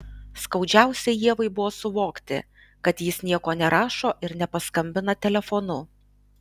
skaudžiausia ievai buvo suvokti kad jis nieko nerašo ir nepaskambina telefonu